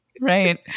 Right